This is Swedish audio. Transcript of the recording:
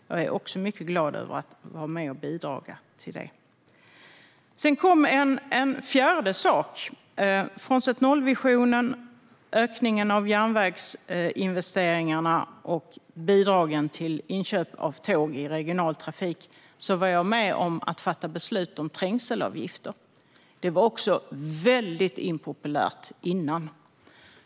Jag är också mycket glad över att ha varit med och bidragit till det. Sedan kom en fjärde sak. Utöver nollvisionen, ökningen av järnvägsinvesteringarna och bidragen till inköp av tåg i regionaltrafik var jag med om att fatta beslut om trängselavgifter. Det var också väldigt impopulärt innan det genomfördes.